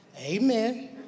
Amen